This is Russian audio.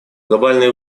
глобальные